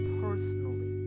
personally